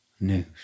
news